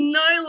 no